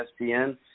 ESPN